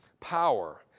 Power